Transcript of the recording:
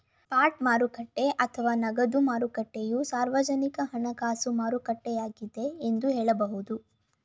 spot ಮಾರುಕಟ್ಟೆ ಅಥವಾ ನಗದು ಮಾರುಕಟ್ಟೆಯು ಸಾರ್ವಜನಿಕ ಹಣಕಾಸು ಮಾರುಕಟ್ಟೆಯಾಗಿದ್ದೆ ಎಂದು ಹೇಳಬಹುದು